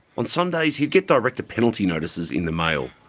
on some days he'd get director penalty notices in the mail.